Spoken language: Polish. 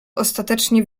ostatecznie